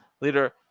leader